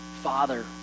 Father